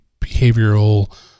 behavioral